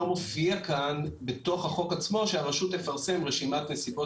לא מופיע כאן בתוך החוק עצמו שהרשות תפרסם רשימת נסיבות